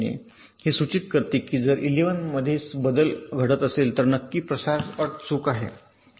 हे असे सूचित करते की जर इलेवनू च मध्ये बदल घडवत असेल तर नक्की प्रसार अट चूक आहे